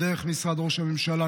דרך משרד ראש הממשלה,